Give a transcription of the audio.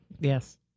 Yes